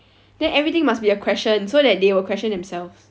then everything must be a question so that they will question themselves